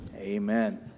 Amen